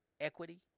equity